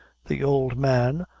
the old man,